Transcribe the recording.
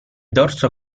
dorso